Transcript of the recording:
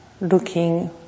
looking